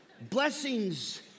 Blessings